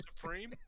Supreme